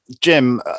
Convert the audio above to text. jim